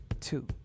two